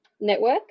network